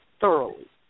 thoroughly